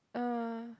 uh